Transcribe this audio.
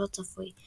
לא צפוי.